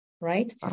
right